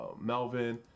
Melvin